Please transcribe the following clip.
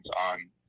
on